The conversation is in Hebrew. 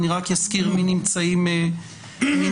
אני רק אזכיר מי נמצאים אתנו.